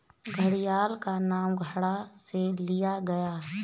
घड़ियाल का नाम घड़ा से लिया गया है